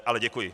Ale děkuji.